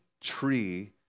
tree